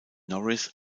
norris